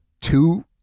two